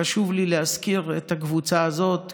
חשוב לי להזכיר את הקבוצה הזאת,